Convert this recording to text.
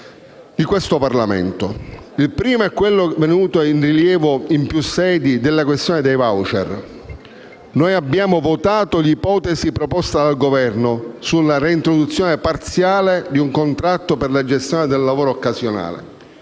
del Parlamento. Il primo, già venuto in rilievo in più sedi, è quello della questione dei *voucher*. Noi abbiamo votato l'ipotesi proposta dal Governo sulla reintroduzione parziale di un contratto per la gestione del lavoro occasionale.